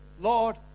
Lord